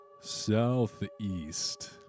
southeast